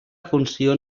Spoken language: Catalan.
funció